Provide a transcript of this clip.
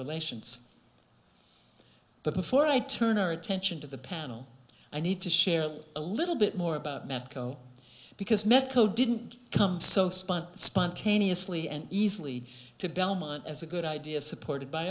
relations but before i turn our attention to the panel i need to share a little bit more about matco because medco didn't come so spun spontaneously and easily to belmont as a good idea supported by